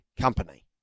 company